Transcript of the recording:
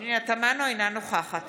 אינה נוכחת